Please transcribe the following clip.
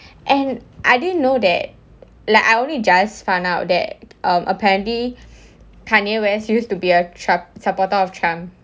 and I didn't know that like I only just found out that um apparently kanye west used to be a trump supporter of trump